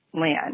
land